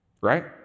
Right